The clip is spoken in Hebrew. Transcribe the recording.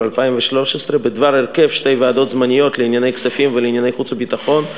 2013 בדבר הרכב שתי ועדות זמניות לענייני כספים ולענייני חוץ וביטחון,